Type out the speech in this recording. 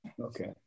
Okay